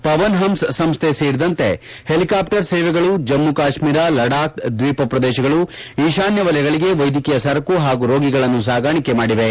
ಪವನ್ಹನ್ಸ್ ಸಂಸ್ಡೆ ಸೇರಿದಂತೆ ಹೆಲಿಕಾಪ್ಟರ್ ಸೇವೆಗಳು ಜಮ್ಮ ಕಾಶ್ಮೀರ ಲಡಾಕ್ ದ್ವೀಪ ಪ್ರದೇಶಗಳು ಈಶಾನ್ಯ ವಲಯಗಳಿಗೆ ವೈದ್ಯಕೀಯ ಸರಕು ಹಾಗೂ ರೋಗಿಗಳನ್ನು ಸಾಗಾಣಿಕೆ ಮಾಡಿವೆ